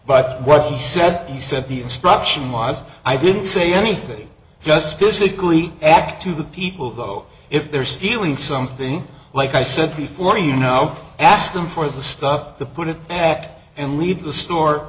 but what he said he said the instruction was i didn't say anything just physically act to the people though if they're stealing something like i said before you know ask them for the stuff to put it back and leave the store